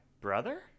brother